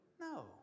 No